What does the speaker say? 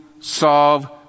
solve